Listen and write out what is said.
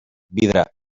vidre